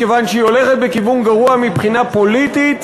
מכיוון שהיא הולכת בכיוון גרוע מבחינה פוליטית,